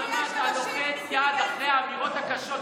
למה אתה לוחץ יד אחרי האמירות הקשות?